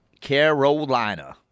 Carolina